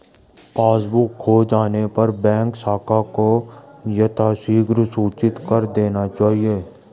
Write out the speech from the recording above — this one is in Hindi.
पासबुक खो जाने पर बैंक शाखा को यथाशीघ्र सूचित कर देना चाहिए